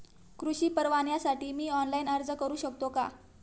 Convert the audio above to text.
कृषी परवान्यासाठी मी ऑनलाइन अर्ज करू शकतो का?